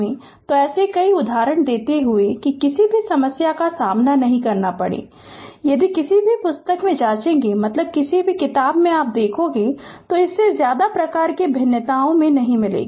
Refer Slide Time 0022 तो ऐसे कई उदाहरण देते हुए कि किसी भी समस्या का सामना नहीं करना पडे यदि किसी भी पुस्तक में जाचेगे मतलब किसी भी किताब के देखेगे तो इससे ज्यादा प्रकार कि भिन्नताए में नहीं मिलेगी